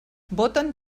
voten